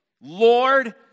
Lord